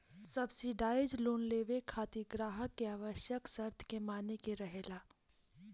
subsidise loan लेबे खातिर ग्राहक के आवश्यक शर्त के माने के रहेला